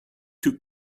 took